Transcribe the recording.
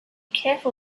careful